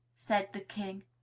said the king.